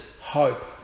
hope